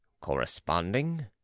corresponding